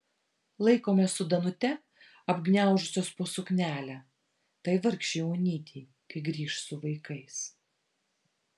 laikome su danute apgniaužusios po suknelę tai vargšei onytei kai grįš su vaikais